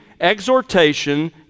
exhortation